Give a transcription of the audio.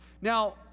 Now